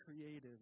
creative